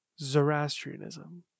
Zoroastrianism